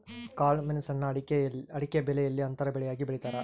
ಕಾಳುಮೆಣುಸ್ನ ಅಡಿಕೆಬೆಲೆಯಲ್ಲಿ ಅಂತರ ಬೆಳೆಯಾಗಿ ಬೆಳೀತಾರ